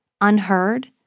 Unheard